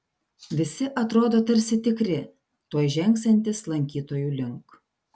visi atrodo tarsi tikri tuoj žengsiantys lankytojų link